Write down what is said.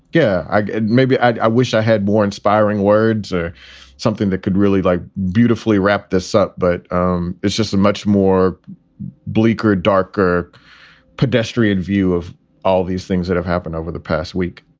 yeah, i maybe i wish i had more inspiring words or something that could really, like, beautifully wrap this up, but um it's just a much more bleaker, darker pedestrian view of all these things that have happened over the past week.